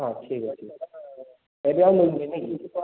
ହଁ ଠିକ୍ ଅଛି ଏବେ ନାଇଁ କି